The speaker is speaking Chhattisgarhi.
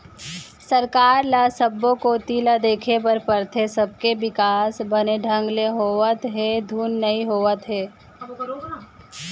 सरकार ल सब्बो कोती ल देखे बर परथे, सबके बिकास बने ढंग ले होवत हे धुन नई होवत हे